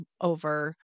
over